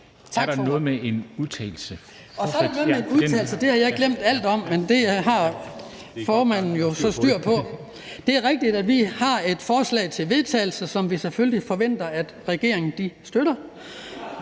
er der noget med en udtalelse, og det har jeg glemt alt om, men det har formanden jo så styr på. Det er rigtigt, at vi har et forslag til vedtagelse, som vi selvfølgelig forventer at regeringen støtter